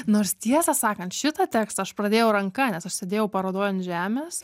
nors tiesą sakant šitą tekstą aš pradėjau ranka nes aš sėdėjau parodoj ant žemės